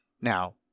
Now